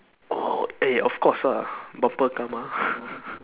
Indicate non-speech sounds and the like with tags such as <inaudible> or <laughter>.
oh eh of course ah bumper car mah <laughs>